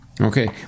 Okay